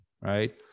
right